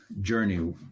journey